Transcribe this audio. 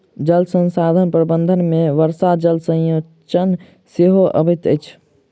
जल संसाधन प्रबंधन मे वर्षा जल संचयन सेहो अबैत अछि